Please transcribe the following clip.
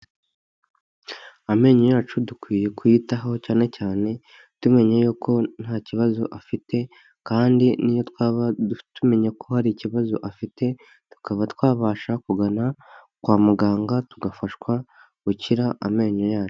Amenyo yacu dukwiye kuyitaho cyane cyane tumenye yuko nta kibazo afite kandi n'iyo twaba tumenya ko hari ikibazo afite, tukaba twabasha kugana kwa muganga tugafashwa gukira amenyo yacu.